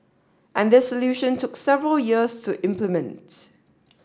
and this solution took several years to implement